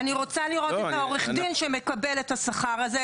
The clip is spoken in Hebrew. אני רוצה לראות את עורך הדין שמקבל את השכר הזה.